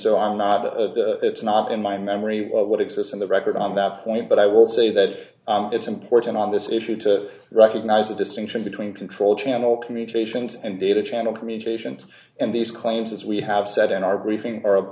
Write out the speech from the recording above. so i'm not at the it's not in my memory of what exists in the record on that point but i will say that it's important on this issue to recognize the distinction between control channel communications and data channel communications and these claims as we have said in our briefing are